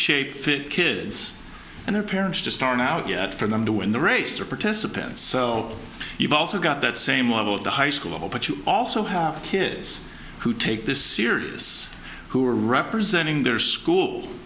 shape fit kids and their parents just aren't out yet for them to win the race or participants so you've also got that same level of the high school of opportune also have kids who take this serious who are representing their school